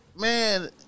man